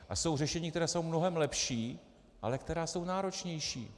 A jsou řešení, která jsou mnohem lepší, ale která jsou náročnější.